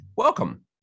Welcome